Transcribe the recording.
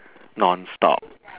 non-stop